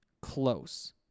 close